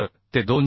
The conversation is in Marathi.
तर ते 201